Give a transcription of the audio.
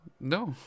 No